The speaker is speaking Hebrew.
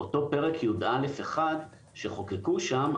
אותו פרק י"א/1 שחוקקו שם,